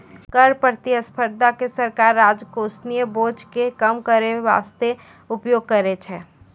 कर प्रतिस्पर्धा के सरकार राजकोषीय बोझ के कम करै बासते उपयोग करै छै